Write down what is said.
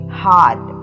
hard